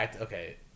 Okay